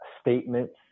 statements